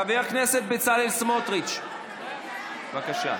חבר הכנסת בצלאל סמוטריץ', בבקשה.